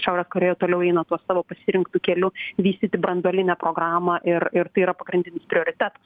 šiaurės korėja toliau eina tuo savo pasirinktu keliu vystyti branduolinę programą ir ir tai yra pagrindinis prioritetas